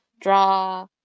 draw